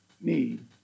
need